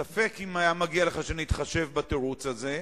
ספק אם מגיע לך שנתחשב בתירוץ הזה,